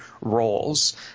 roles